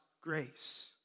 grace